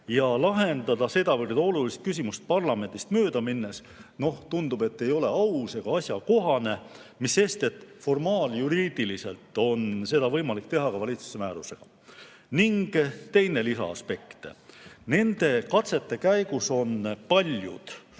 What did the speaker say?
ja lahendada sedavõrd olulist küsimust parlamendist mööda minnes, tundub, ei ole aus ega asjakohane, mis sest, et formaaljuriidiliselt on seda võimalik teha ka valitsuse määrusega. Teine lisaaspekt. Nende katsete käigus on paljud,